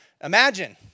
Imagine